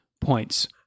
points